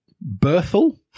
Berthel